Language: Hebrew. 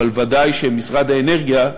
אבל ודאי שמשרד האנרגיה,